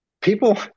people